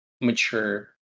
mature